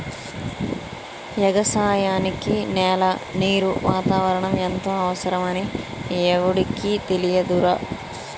ఎగసాయానికి నేల, నీరు, వాతావరణం ఎంతో అవసరమని ఎవుడికి తెలియదురా